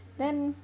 mm